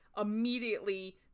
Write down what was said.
immediately